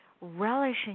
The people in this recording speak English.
relishing